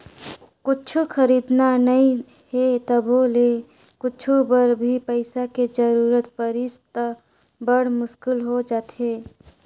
कुछु खरीदना नइ हे तभो ले कुछु बर भी पइसा के जरूरत परिस त बड़ मुस्कुल हो जाथे